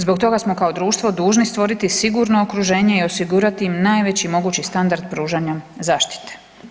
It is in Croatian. Zbog toga smo kao društvo dužni stvoriti sigurno okruženje i osigurati im najveći mogući standard pružanja zaštite.